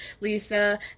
Lisa